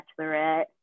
Bachelorette